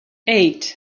eight